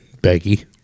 Becky